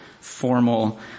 formal